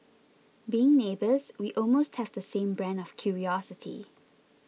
being neighbours we almost have the same brand of curiosity